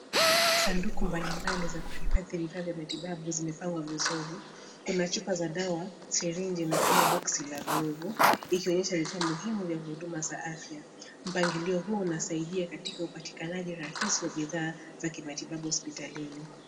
Sanduku mbalimbali za kuhifadhi vifaa vya matibabu zimepagwa vizuri. Kuna chupa za dawa sirinji na pia boxi la glovu ikionyesha vifaa muhimu vya huduma za afya. Mpangilio huu unasaidia katika upatikanaji rahisi wa bidhaa za kimatibabu hospitalini.